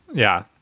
yeah,